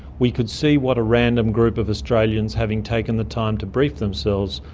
we could see what a random group of australians, having taken the time to brief themselves,